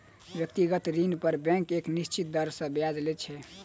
व्यक्तिगत ऋण पर बैंक एक निश्चित दर सॅ ब्याज लैत छै